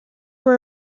were